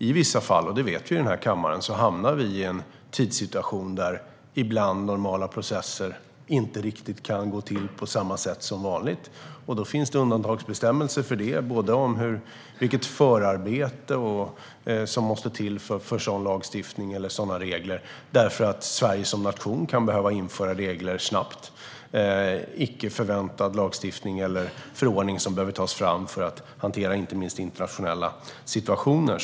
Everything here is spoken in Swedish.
I vissa fall - det vet vi i den här kammaren - hamnar vi i en tidssituation där annars normala processer inte riktigt kan gå till på samma sätt som vanligt. Det finns undantagsbestämmelser för vilket förarbete som måste till för sådan lagstiftning och sådana regler. Sverige som nation kan behöva införa regler snabbt. Det kan handla om icke förväntad lagstiftning eller en förordning som behöver tas fram för att hantera inte minst internationella situationer.